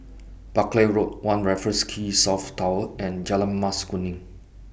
Buckley Road one Raffles Quay South Tower and Jalan Mas Kuning